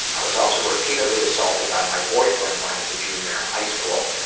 i was also repeatedly assaulted by my boyfriend when i was a junior in high school,